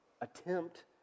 attempt